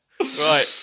Right